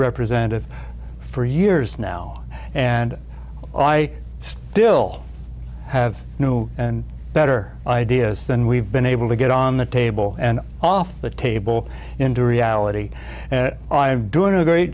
representative for years now and i still have a new and better idea than we've been able to get on the table and off the table into reality and it all i'm doing a great